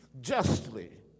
justly